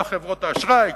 כך חברות האשראי,